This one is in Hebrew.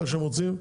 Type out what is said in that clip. איך שהם רוצים,